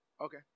Okay